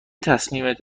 تصمیمت